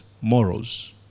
morals